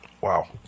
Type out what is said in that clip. Wow